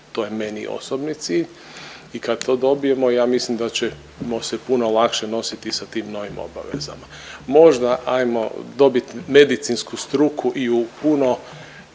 To je meni osobni cilj i kad to dobijemo ja mislim da ćemo se puno lakše nositi sa tim novim obavezama. Možda ajmo dobit medicinsku struku i u puno